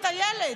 את איילת,